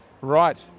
Right